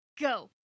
go